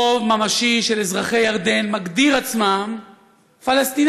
רוב ממשי של אזרחי ירדן מגדירים את עצמם פלסטינים.